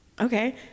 okay